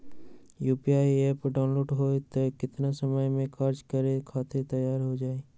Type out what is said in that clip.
UPI app download होई त कितना समय मे कार्य करे खातीर तैयार हो जाई?